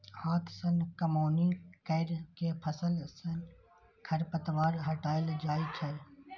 हाथ सं कमौनी कैर के फसल सं खरपतवार हटाएल जाए छै